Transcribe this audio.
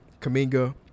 Kaminga